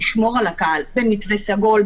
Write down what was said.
לשמור על הקהל במתווה סגול,